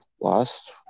lost